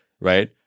right